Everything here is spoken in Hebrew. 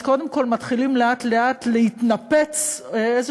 אז קודם כול מתחיל לאט-לאט להתנפץ איזה